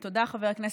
הכנסת,